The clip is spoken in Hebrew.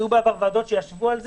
היו בעבר ועדות שישבו על זה.